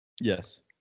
Yes